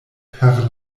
per